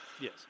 Yes